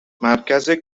مرکز